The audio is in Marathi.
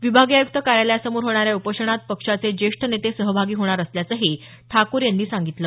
विभागीय आय़्क्त कार्यालयासमोर होणाऱ्या या उपोषणात पक्षाचे ज्येष्ठ नेते सहभागी होणार असल्याचंही ठाकूर यांनी सांगितलं